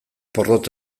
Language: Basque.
porrot